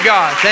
God